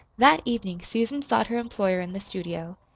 that evening susan sought her employer in the studio.